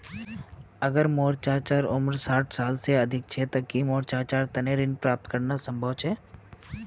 अगर मोर चाचा उम्र साठ साल से अधिक छे ते कि मोर चाचार तने ऋण प्राप्त करना संभव छे?